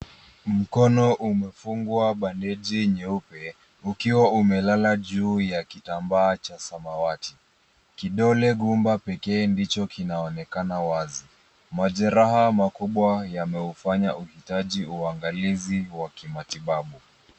Mkono umefungwa bandeji nyeupe ukiwa umelala juu ya kitambaa cha samawati. Kidole gumba pekee ndicho kinaonekana wazi. Majeraha makubwa yameufanya uhitaji uangalizi wa kimatibabu.